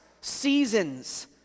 seasons